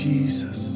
Jesus